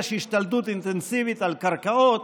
יש השתלטות אינטנסיבית על קרקעות,